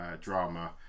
drama